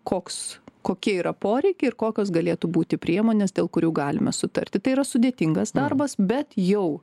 koks kokie yra poreikiai ir kokios galėtų būti priemonės dėl kurių galime sutarti tai yra sudėtingas darbas bet jau